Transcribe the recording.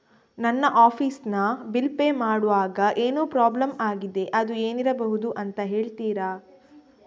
ನನ್ನ ಆಫೀಸ್ ನ bill pay ಮಾಡ್ವಾಗ ಏನೋ ಪ್ರಾಬ್ಲಮ್ ಆಗಿದೆ ಅದು ಏನಿರಬಹುದು ಅಂತ ಹೇಳ್ತೀರಾ?